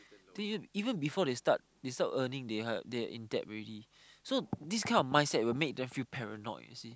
thing is even before they start they start earning they had they in debt already so this kind of mindset will make them feel paranoid you see